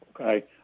okay